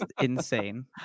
insane